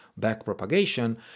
backpropagation